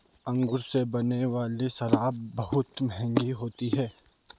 अंगूर से बनने वाली शराब बहुत मँहगी होती है